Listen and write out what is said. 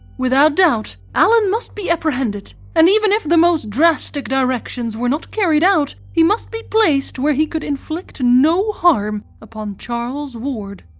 without doubt, allen must be apprehended and even if the most drastic directions were not carried out, he must be placed where he could inflict no harm upon charles ward.